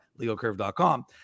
legalcurve.com